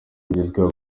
bugezweho